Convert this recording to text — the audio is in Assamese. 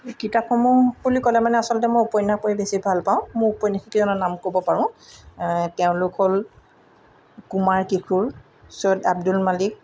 কিতাপসমূহ বুলি ক'লে মানে আচলতে মই উপন্যাস পঢ়ি বেছি ভাল পাওঁ মই উপন্যাসিকৰ নাম ক'ব পাৰোঁ তেওঁলোক হ'ল কুমাৰ কিশোৰ চৈয়দ আব্দুল মালিক